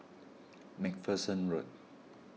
MacPherson Road